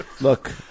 Look